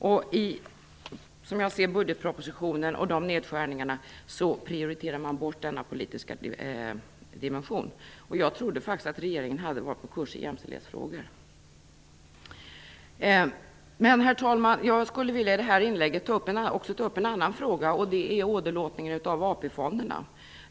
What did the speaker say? Genom nedskärningarna i budgetpropositionen prioriterar man bort denna politiska dimension. Och jag trodde faktiskt att regeringen hade varit på kurs i jämställdhetsfrågor! Herr talman! I detta inlägg vill jag också ta upp en annan fråga. Det gäller åderlåtningen av AP-fonderna.